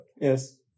Yes